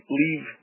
leave